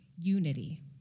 unity